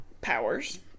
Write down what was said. powers